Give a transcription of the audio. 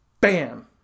BAM